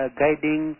guiding